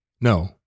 No